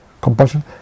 compassion